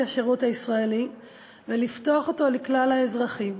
השירות הישראלי ולפתוח אותו לכלל האזרחים.